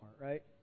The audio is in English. right